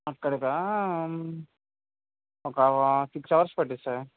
అక్కడికా ఒక్క six hours పట్టుద్ది sir